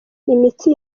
imitsi